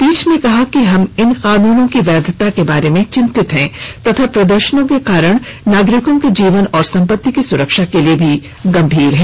पीठ ने कहा कि हम इन कानूनो की वैधता के बारे में चिंतित हैं तथा प्रदर्शनों के कारण नागरिकों के जीवन और सम्पत्ति की सुरक्षा के लिए भी गंभीर हैं